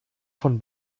von